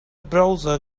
browser